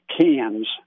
cans